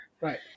Right